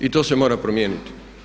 I to se mora promijeniti.